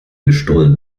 gestohlen